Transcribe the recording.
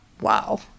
wow